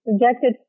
projected